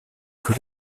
più